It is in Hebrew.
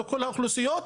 לכל האוכלוסיות,